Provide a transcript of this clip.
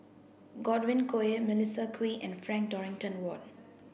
Godwin Koay Melissa Kwee and Frank Dorrington Ward